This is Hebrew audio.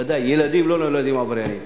בוודאי ילדים לא נולדים עבריינים.